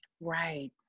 Right